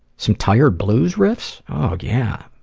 some tired blues riffs, oh yeah,